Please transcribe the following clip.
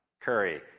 Curry